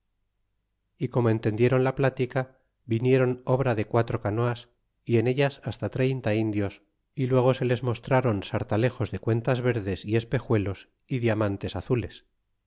e como entendieron la plática viniéron obra de quatro canoas y en ellas hasta treinta indios y luego se les mostráron sartalejos de cuentas verdes y espejuelos y diamantes azules